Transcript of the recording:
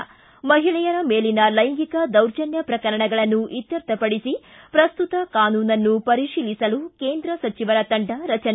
ಿ ಮಹಿಳೆಯರ ಮೇಲನ ಲೈಂಗಿಕ ದೌರ್ಜನ್ಯ ಪ್ರಕರಣಗಳನ್ನು ಇತ್ಯರ್ಥಪಡಿಸಿ ಪ್ರಸ್ತುತ ಕಾನೂನನ್ನು ಪರಿಶೀಲಿಸಲು ಕೇಂದ್ರ ಸಚಿವರ ತಂಡ ರಚನೆ